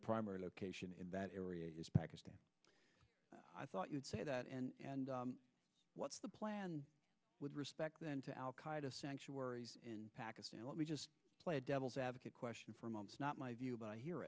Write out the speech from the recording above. primary location in that area is pakistan i thought you'd say that and what's the plan with respect to al qaeda sanctuaries in pakistan let me just play devil's advocate question for months not my view but i hear